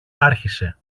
άρχισε